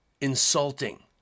insulting